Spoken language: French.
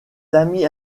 tamis